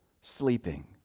sleeping